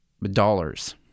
dollars